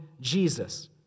Jesus